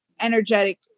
energetic